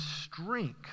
strength